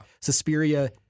Suspiria